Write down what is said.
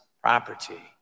property